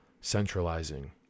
centralizing